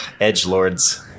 Edgelords